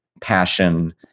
passion